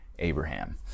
Abraham